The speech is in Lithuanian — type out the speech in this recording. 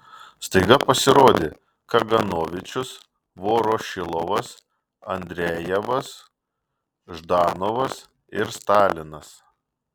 staiga pasirodė kaganovičius vorošilovas andrejevas ždanovas ir stalinas